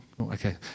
Okay